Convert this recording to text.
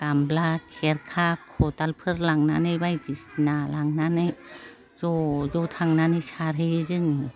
गामब्ला खेरखा खदालफोर लांनानै बायदिसिना लांनानै ज' ज' थांनानै सारहैयो जों